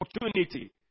opportunity